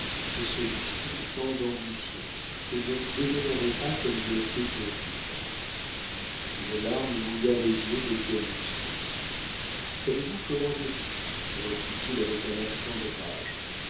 que se disputent tant d'ambitions et ne vous déshonorez pas comme je le fais pour vivre une larme mouilla les yeux d'étienne lousteau savez-vous comment je vis reprit-il avec un accent de rage